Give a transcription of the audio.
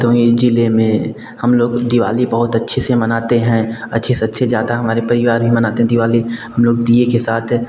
भदोही ज़िले में हम लोग दीवाली बहुत अच्छे से मनाते हैं अच्छे से अच्छे जाता है हमारे परिवार भी मनाते हैं दीवाली हम लोग दीये के साथ